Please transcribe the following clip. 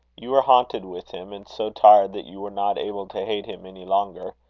you were haunted with him, and so tired that you were not able to hate him any longer.